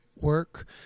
work